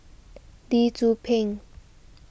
Lee Tzu Pheng